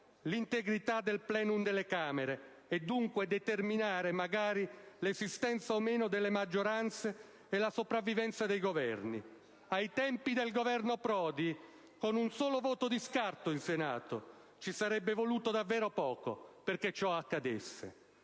l'integrità del *plenum* delle Camere, e dunque determinare l'esistenza o meno delle maggioranze e la sopravvivenza dei Governi. Ai tempi del Governo Prodi, con un solo voto di scarto in Senato, ci sarebbe voluto davvero poco perché ciò accadesse.